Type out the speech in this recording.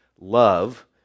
love